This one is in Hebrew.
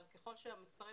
אבל ככל שהמספרים